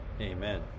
amen